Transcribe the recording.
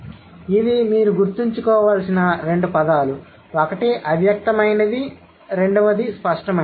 కాబట్టి ఇవి మీరు గుర్తుంచుకోవలసిన రెండు పదాలు ఒకటి అవ్యక్తమైనది మరియు స్పష్టమైనది